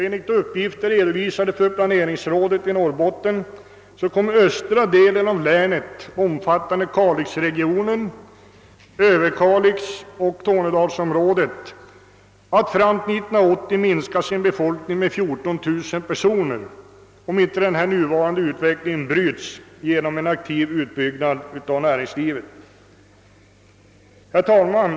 Enligt uppgifter, redovisade för planeringsrådet i Norrbotten, kommer östra delen av länet, omfattande kalixregionen, Överkalix och tornedalsområdet, att fram till år 1980 minska sin befolkning med 14 000 personer, om inte den nuvarande utvecklingen bryts genom en aktiv utbyggnad av näringslivet. Herr talman!